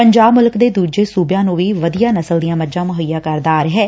ਪੰਜਾਬ ਮੁਲਕ ਦੇ ਦੂਜੇ ਸੁਬਿਆਂ ਨੂੰ ਵੀ ਵਧੀਆ ਨਸਲ ਦੀਆਂ ਮੱਝਾਂ ਮੁੱਹਈਆ ਕਰਦਾ ਆ ਰਿਹੈ